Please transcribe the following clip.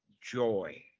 Joy